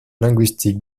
linguistique